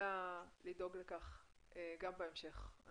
אלא לדאוג לכך גם בהמשך.